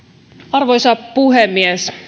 arvoisa puhemies